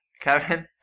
Kevin